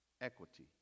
equity